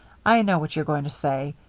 i know what you're going to say.